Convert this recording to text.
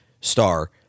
star